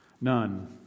None